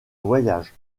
voyage